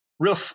Real